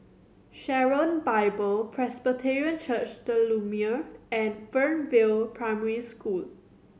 Sharon Bible Presbyterian Church The Lumiere and Fernvale Primary School